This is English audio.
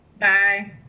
Bye